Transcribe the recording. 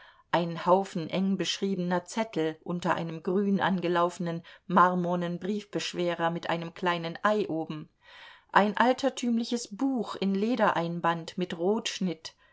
ein haufen eng beschriebener zettel unter einem grün angelaufenen marmornen briefbeschwerer mit einem kleinen ei oben ein altertümliches buch in ledereinband mit